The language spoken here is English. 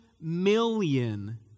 million